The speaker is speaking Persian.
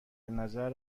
نظر